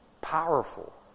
powerful